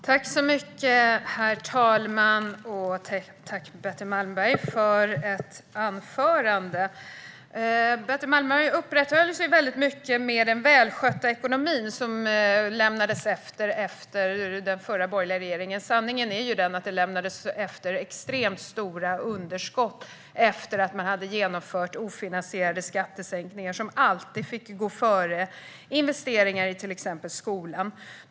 Herr talman! Jag tackar Betty Malmberg för anförandet. Betty Malmberg uppehöll sig mycket vid den välskötta ekonomi som den borgerliga regeringen ska ha lämnat efter sig. Sanningen är att man lämnade efter sig extremt stora underskott efter att ha genomfört ofinansierade skattesänkningar, vilket alltid fick gå före investeringar i till exempel skolan.